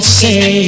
say